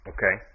Okay